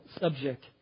subject